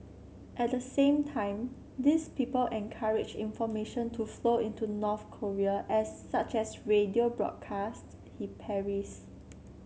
at the same time these people encourage information to flow into North Korea as such as radio broadcasts he parries